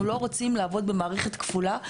אנחנו לא רוצים לעבוד במערכת כפולה,